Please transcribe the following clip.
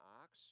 ox